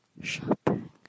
shopping